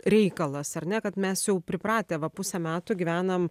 reikalas ar ne kad mes jau pripratę va pusę metų gyvenam